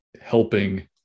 helping